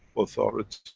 authority